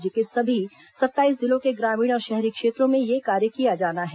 राज्य के सभी सत्ताईस जिलों के ग्रामीण और शहरी क्षेत्रों में यह कार्य किया जाना है